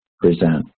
present